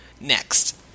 Next